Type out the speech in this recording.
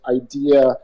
idea